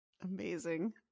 Amazing